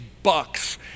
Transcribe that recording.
bucks